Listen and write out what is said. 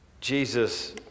Jesus